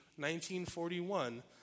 1941